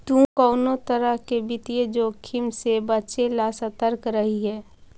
तु कउनो तरह के वित्तीय जोखिम से बचे ला सतर्क रहिये